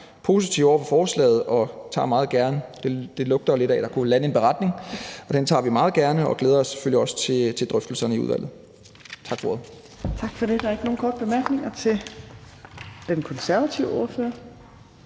positive over for forslaget, og det lugter jo lidt af, at der kunne landes en beretning, og den tager vi meget gerne og glæder os selvfølgelig også til drøftelserne i udvalget. Tak for ordet.